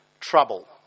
trouble